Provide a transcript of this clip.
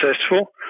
successful